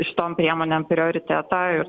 šitom priemonėm prioritetą ir